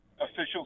officials